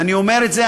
ואני אומר את זה,